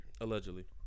Allegedly